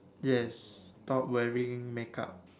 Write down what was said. yes stop wearing make up